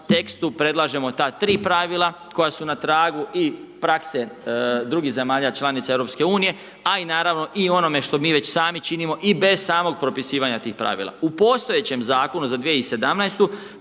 predlažemo ta tri pravila koja su na tragu i prakse drugih zemalja članica EU a i naravno i u onome što mi već sami činimo i bez samog propisivanja tih pravila. U postojećem zakonu za 2017.